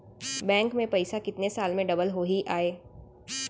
Bank में पइसा कितने साल में डबल होही आय?